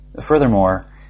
Furthermore